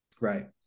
Right